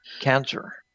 Cancer